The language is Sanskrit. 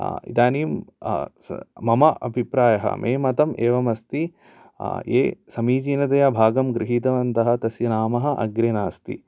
इदानीं मम अभिप्रायः मे मतम् एवम् अस्ति ये समीचीनतया भागं गृहीतवन्तः तस्य नाम अग्रे नास्ति